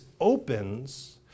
opens